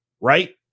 right